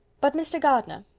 but mr. gardiner,